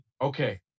okay